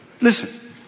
Listen